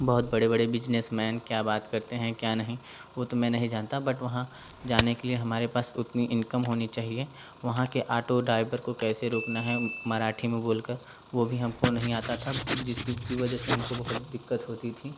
बहुत बड़े बड़े बिजनेसमैन क्या बात करते हैं क्या नहीं वह तो मैं नहीं जानता बट वहाँ जाने के लिए हमारे पास उतनी इंकम होनी चाहिए वहाँ के आटो ड्राइवर को कैसे रोकना है मराठी में बोल कर वह भी हमको नहीं आता था जिसकी वजह से हमको बहुत दिक्कत होती थी